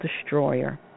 destroyer